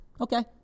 Okay